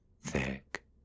thick